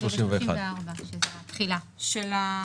של מה?